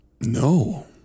No